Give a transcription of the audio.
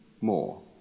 more